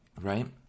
right